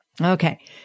Okay